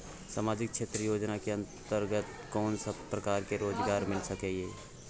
सामाजिक क्षेत्र योजना के अंतर्गत कोन सब प्रकार के रोजगार मिल सके ये?